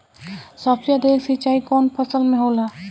सबसे अधिक सिंचाई कवन फसल में होला?